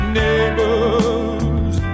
neighbors